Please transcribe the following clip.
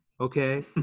okay